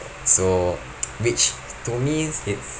so which to me it's